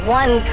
one